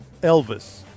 Elvis